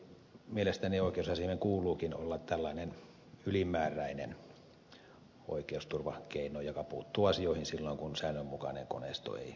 mielestäni oikeusasiamiehen kuuluukin olla tällainen ylimääräinen oikeusturvakeino joka puuttuu asioihin silloin kun säännönmukainen koneisto ei toimi tarkoitetulla tavalla